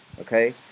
Okay